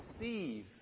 receive